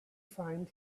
find